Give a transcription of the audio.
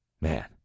man